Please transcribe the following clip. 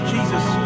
Jesus